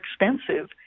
expensive